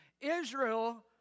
Israel